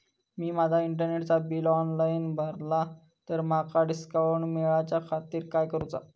मी माजा इंटरनेटचा bill online भरला तर माका डिस्काउंट मिलाच्या खातीर काय करुचा?